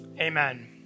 Amen